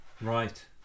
Right